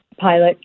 pilot